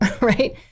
Right